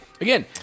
again